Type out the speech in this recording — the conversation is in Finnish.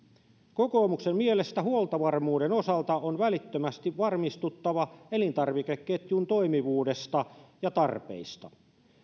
kokoomuksen mielestä huoltovarmuuden osalta on välittömästi varmistuttava elintarvikeketjun toimivuudesta ja tarpeista